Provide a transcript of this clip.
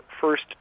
first